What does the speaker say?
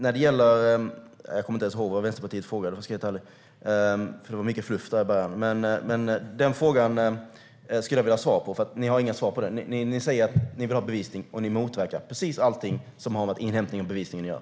Jag kommer inte ens ihåg vad Vänsterpartiet frågade, om jag ska vara helt ärlig, för det var mycket fluff i början. Men den här frågan skulle jag vilja ha svar på. Ni har inga svar på den. Ni säger att ni vill ha bevisning, och ni motverkar precis allting som har med inhämtning av bevisning att göra.